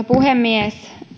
puhemies